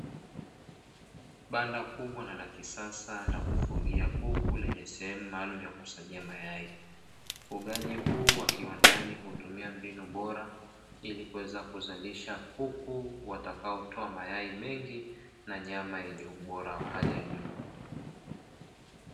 Banda kubwa na la kisasa la kufugia kuku lenye sehemu maalumu ya kukusanyia mayai ufugaji huu wa kiwandani hutumia mbinu bora ili kuweza kuzalisha kuku watakaotoa mayai mengi na nyama yenye ubora wa hali ya juu.